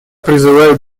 призываю